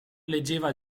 leggeva